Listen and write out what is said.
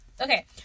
Okay